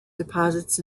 deposits